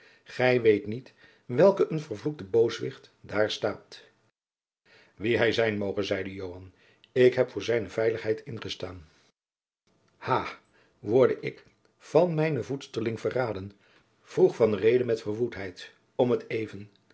gij weet niet welk een vervloekte booswicht daar staat wie hij zijn moge zeide joan ik heb voor zijne veiligheid ingestaan ha worde ik van mijnen voedsterling verraden vroeg van reede met verwoedheid om t even